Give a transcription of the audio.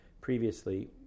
previously